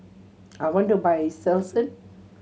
I want to buy Selsun